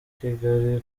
kigali